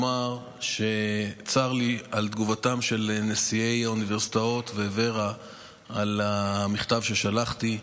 שצר לי על תגובתם של נשיאי האוניברסיטאות וו"רה על המכתב ששלחתי.